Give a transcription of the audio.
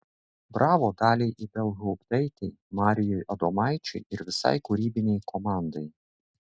bravo daliai ibelhauptaitei marijui adomaičiui ir visai kūrybinei komandai